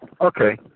Okay